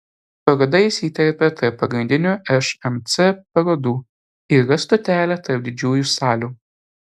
paroda įsiterpia tarp pagrindinių šmc parodų ir yra stotelė tarp didžiųjų salių